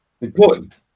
Important